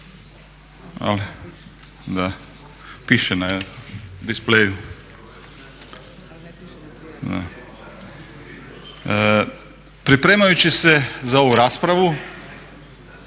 Pripremajući se za ovu raspravu